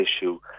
issue